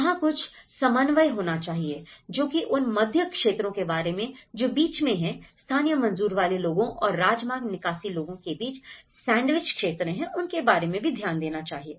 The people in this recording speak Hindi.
वहां कुछ समन्वय होना चाहिए जो कि उन मध्य क्षेत्रों के बारे में जो बीच में हैं स्थानीय मंजूरी वाले लोगों और राजमार्ग निकासी लोगों के बीच सैंडविच क्षेत्र हैं उनके बारे में भी ध्यान देना चाहिए